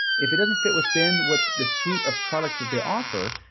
if it doesn't fit within what the suite of products that they offer,